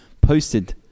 posted